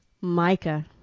Micah